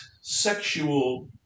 sexual